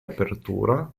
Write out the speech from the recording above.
apertura